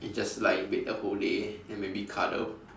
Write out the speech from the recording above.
and just lie bed the whole day and maybe cuddle